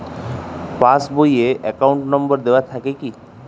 Pass বই এ account number দেওয়া থাকে কি?